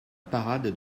parade